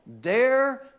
Dare